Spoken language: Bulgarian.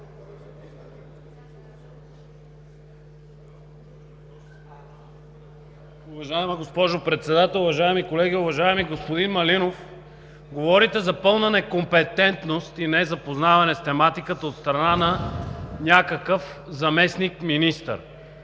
Уважаема госпожо Председател, уважаеми колеги, уважаеми господин Малинов! Говорите за пълна некомпетентност и незапознаване с тематиката от страна на някакъв заместник-министър.